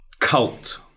Cult